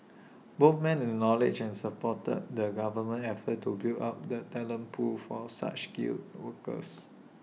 both men acknowledged and supported the government's efforts to build up the talent pool for such skilled workers